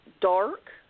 dark